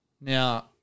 Now